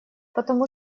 потому